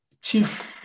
chief